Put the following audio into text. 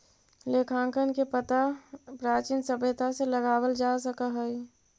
लेखांकन के पता प्राचीन सभ्यता से लगावल जा सकऽ हई